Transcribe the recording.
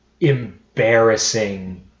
embarrassing